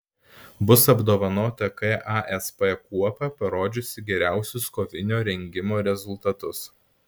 bus apdovanota kasp kuopa parodžiusi geriausius kovinio rengimo rezultatus